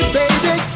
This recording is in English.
baby